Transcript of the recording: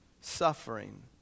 suffering